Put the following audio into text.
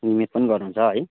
निमेक पनि गर्नुहुन्छ है